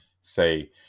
say